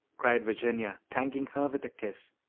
cried virginia, thanking her with a kiss.